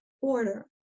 order